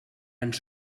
ens